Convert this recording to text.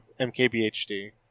mkbhd